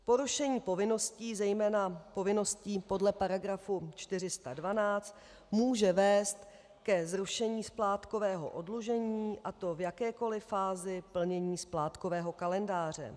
Porušení povinností, zejména povinností podle § 412, může vést ke zrušení splátkového oddlužení, a to v jakékoli fázi plnění splátkového kalendáře.